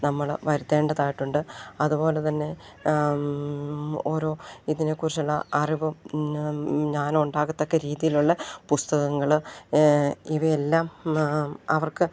നമ്മൾ വരുത്തേണ്ടതായിട്ടുണ്ട് അതു പോലെ തന്നെ ഓരോ ഇതിനെക്കുറിച്ചുള്ള അറിവും ഞാൻ ഉണ്ടാകത്തക്ക രീതിയിലുള്ള പുസ്തകങ്ങൾ ഇവയെല്ലാം അവർക്ക്